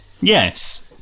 Yes